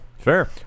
Fair